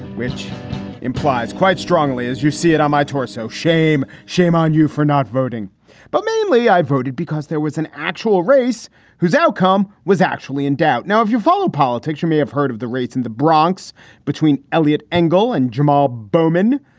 which implies quite strongly as you see it on my torso. shame. shame on you for not voting but mainly i voted because there was an actual race whose outcome was actually in doubt. now, if you follow politics, you may have heard of the race in the bronx between elliot engle and jamal bowman.